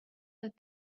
that